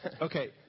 Okay